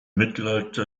mittelalter